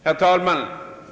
Herr talman!